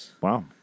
Wow